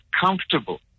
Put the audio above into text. comfortable